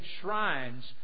shrines